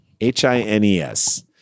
H-I-N-E-S